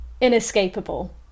inescapable